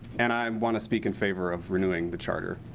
and i um want to speak in favor of renewing the charter,